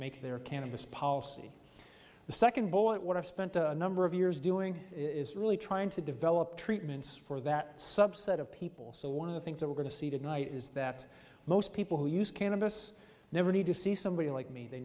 make their cannabis policy the second boy at what i've spent a number of years doing is really trying to develop treatments for that subset of people so one of the things that we're going to see tonight is that most people who use cannabis never need to see somebody like me they